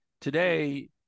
Today